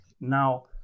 Now